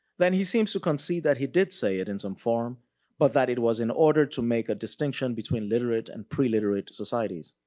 then he seems to concede that he did say it in some form but that it was in order to make a distinction between literate and pre-literate societies.